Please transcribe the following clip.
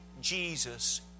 Jesus